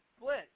split